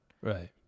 Right